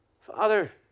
Father